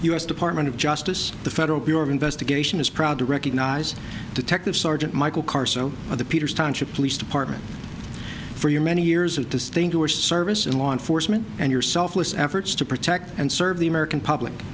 s department of justice the federal bureau of investigation is proud to recognize detective sergeant michael carso of the peters township police department for your many years of distinguished service in law enforcement and yourself efforts to protect and serve the american public